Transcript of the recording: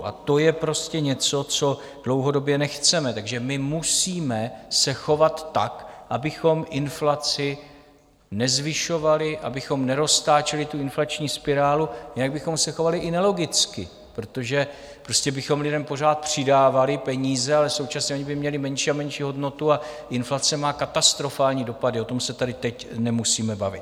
A to je prostě něco, co dlouhodobě nechceme, takže musíme se chovat tak, abychom inflaci nezvyšovali, abychom neroztáčeli inflační spirálu, jinak bychom se chovali i nelogicky, protože bychom lidem pořád přidávali peníze, ale současně ony by měly menší a menší hodnotu, a inflace má katastrofální dopady, o tom se tady teď nemusíme bavit.